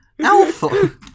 Alpha